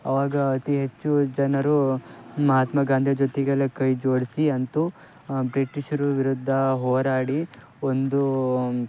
ಅವಾಗ ಅತಿ ಹೆಚ್ಚು ಜನರು ಮಹಾತ್ಮ ಗಾಂಧಿ ಜೊತೆಗೆಲ್ಲ ಕೈ ಜೋಡಿಸಿ ಅಂತೂ ಬ್ರಿಟಿಷ್ರ ವಿರುದ್ಧ ಹೋರಾಡಿ ಒಂದು